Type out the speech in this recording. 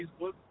Facebook